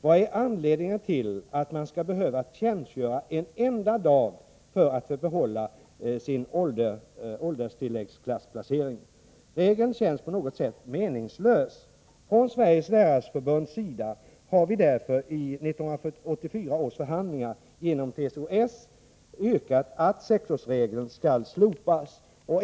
Vad är anledningen till att man skall behöva tjänstgöra en enda dag för att få behålla sin ålderstilläggsklassplacering. Regeln känns på något sätt meningslös. Från Sveriges Lärarförbunds sida har vi därför i 1984 års förhandlingar genom TCO-S yrkat att sexårsregeln skall slopas.